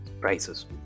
prices